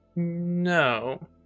no